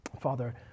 Father